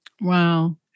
Wow